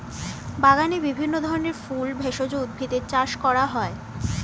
বাগানে বিভিন্ন ধরনের ফুল, ভেষজ উদ্ভিদের চাষ করা হয়